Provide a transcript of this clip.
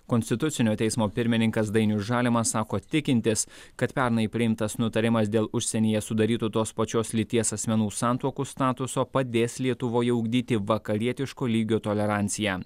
konstitucinio teismo pirmininkas dainius žalimas sako tikintis kad pernai priimtas nutarimas dėl užsienyje sudarytų tos pačios lyties asmenų santuokų statuso padės lietuvoje ugdyti vakarietiško lygio toleranciją